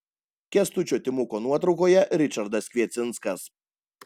kęstučio timuko nuotraukoje ričardas kviecinskas